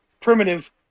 primitive